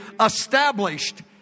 established